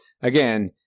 again